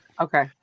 Okay